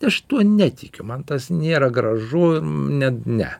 aš tuo netikiu man tas nėra gražu net ne